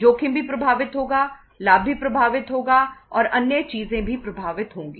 जोखिम भी प्रभावित होगा लाभ भी प्रभावित होगा और अन्य चीजें भी प्रभावित होंगी